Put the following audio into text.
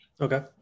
Okay